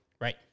right